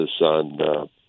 on